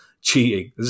cheating